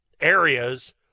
areas